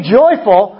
joyful